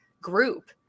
group